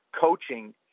coaching